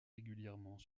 régulièrement